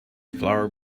flower